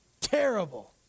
terrible